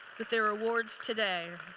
with their awards today.